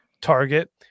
target